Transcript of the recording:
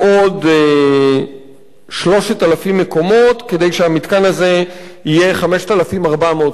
ב-3,000 מקומות כדי שבמתקן הזה יהיו 5,400 מקומות.